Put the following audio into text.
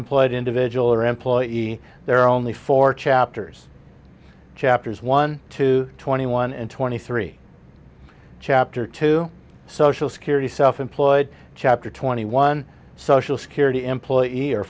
employed individual or employee there are only four chapters chapters one to twenty one and twenty three chapter two social security self employed chapter twenty one social security employees or